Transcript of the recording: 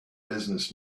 business